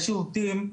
יש שירותים,